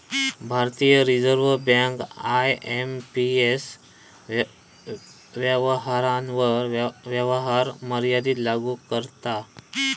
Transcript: भारतीय reserve bank IMPS व्यवहारांवर व्यवहार मर्यादा लागू करता